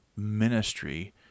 Ministry